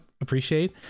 appreciate